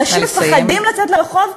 אנשים מפחדים לצאת לרחוב,